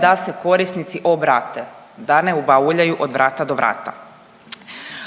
da se korisnici obrate da ne bauljaju od vrata do vrata.